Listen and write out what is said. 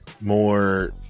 more